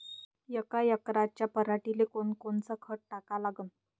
यका एकराच्या पराटीले कोनकोनचं खत टाका लागन?